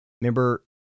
Remember